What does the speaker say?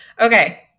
Okay